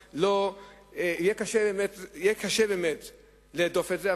ויהיה קשה להדוף את זה.